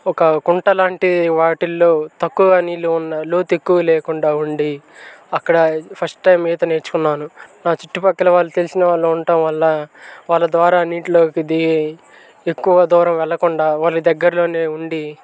ఒక కుంటలాంటి వాటిల్లో తక్కువ నీళ్ళు ఉన్న లోతు ఎక్కువ లేకుండా ఉండి అక్కడ ఫస్ట్ టైం ఈత నేర్చుకున్నాను నా చుట్టుపక్కల వాళ్ళు తెలిసిన వాళ్ళు ఉండటం వల్ల వాళ్ళ ద్వారా నీటిలోకి దిగి ఎక్కువ దూరం వెళ్ళకుండా వాళ్ళ దగ్గరలోనే ఉండి